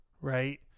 right